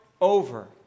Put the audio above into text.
over